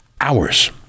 hours